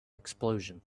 explosion